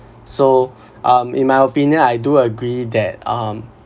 so um in my opinion I do agree that um